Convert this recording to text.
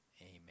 Amen